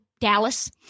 Dallas